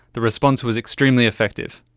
the response was extremely effective.